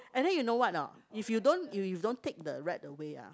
and then you know what or not if you don't if you don't take the rat away ah